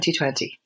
2020